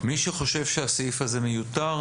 מי שחושב שהסעיף הזה מיותר,